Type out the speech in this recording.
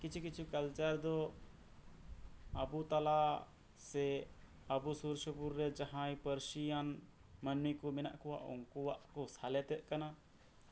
ᱠᱤᱪᱷᱩ ᱠᱤᱪᱷᱩ ᱠᱟᱞᱪᱟᱨ ᱫᱚ ᱟᱵᱚ ᱛᱟᱞᱟ ᱥᱮ ᱟᱵᱚ ᱥᱩᱨ ᱥᱩᱯᱩᱨ ᱨᱮ ᱡᱟᱸᱦᱟᱭ ᱯᱟᱨᱥᱤᱭᱟᱱ ᱠᱤᱪᱷᱩᱜᱟᱱ ᱢᱥᱱᱢᱤ ᱠᱚ ᱢᱮᱱᱟᱜ ᱠᱚᱣᱟ ᱩᱱᱠᱩᱣᱟᱜ ᱠᱚ ᱥᱮᱞᱮᱫᱮᱫ ᱠᱟᱱᱟ